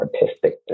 artistic